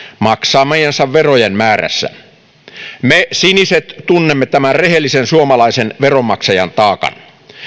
maksamiensa verojen määrästä me siniset tunnemme tämän rehellisen suomalaisen veronmaksajan taakan